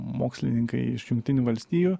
mokslininkai iš jungtinių valstijų